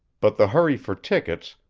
but the hurry for tickets,